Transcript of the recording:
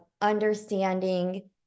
understanding